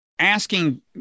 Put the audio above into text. asking